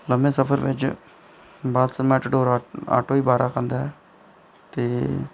लम्मे सफर बिच बस्स मैटाडोर ऑटो ई बारा खंदा ऐ ते